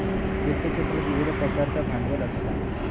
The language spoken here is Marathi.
वित्त क्षेत्रात विविध प्रकारचा भांडवल असता